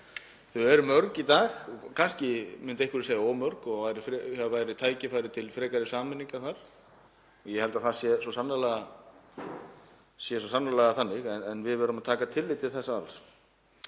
Þau eru mörg í dag. Kannski myndu einhverjir segja of mörg og það séu tækifæri til frekari sameininga. Ég held að það sé svo sannarlega þannig. En við verðum að taka tillit til þess alls.